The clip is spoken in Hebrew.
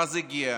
ואז הגיע